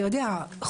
אתה יודע,